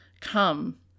come